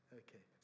okay